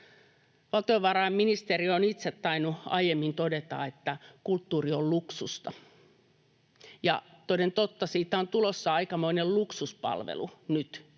Valtiovarainministeri on itse tainnut aiemmin todeta, että kulttuuri on luksusta. Ja toden totta, siitä on tulossa aikamoinen luksuspalvelu nyt,